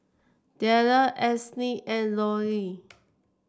Dellar Esley and Lauri